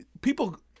people